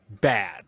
bad